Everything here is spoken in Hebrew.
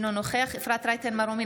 אינו נוכח אפרת רייטן מרום,